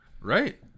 Right